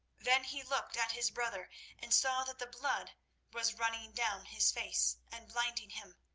then he looked at his brother and saw that the blood was running down his face and blinding him.